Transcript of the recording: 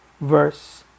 verse